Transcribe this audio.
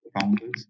founders